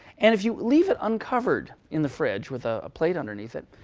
and if you leave it uncovered in the fridge with a plate underneath it,